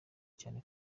cyane